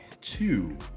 two